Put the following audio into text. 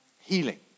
healing